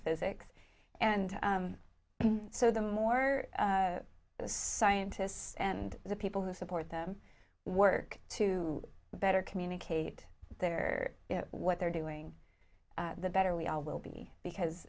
physics and so the more scientists and the people who support them work to better communicate their what they're doing the better we all will be because